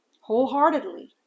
Wholeheartedly